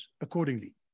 accordingly